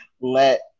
let